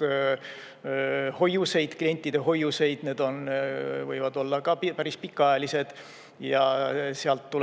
kaasanud klientide hoiuseid, need võivad olla ka päris pikaajalised, ja sealt